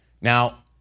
Now